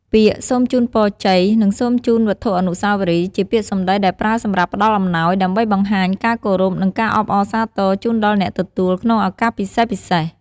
ពាក្យ "សូមជូនពរជ័យ" និង "សូមជូនវត្ថុអនុស្សាវរីយ៍" ជាពាក្យសម្តីដែលប្រើសម្រាប់ផ្តល់អំណោយ ដើម្បីបង្ហាញការគោរព និងការអបអរសាទរជូនដល់អ្នកទទួលក្នុងឱកាសពិសេសៗ។